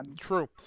True